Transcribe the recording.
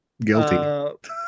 guilty